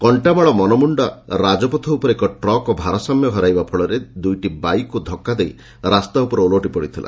କକ୍କାମାଳ ମନମୁଖ୍ଖ ରାଜପଥ ଉପରେ ଏକ ଟ୍ରକ୍ ଭାରସାମ୍ୟ ହରାଇବା ଫଳରେ ଦୁଇଟି ବାଇକ୍କୁ ଧକ୍କା ଦେଇ ରାସ୍ତା ଉପରେ ଓଲଟି ପଡ଼ିଥିଲା